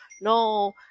No